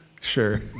Sure